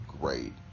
great